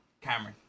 Cameron